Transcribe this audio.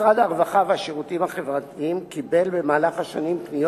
משרד הרווחה והשירותים החברתיים קיבל במהלך השנים פניות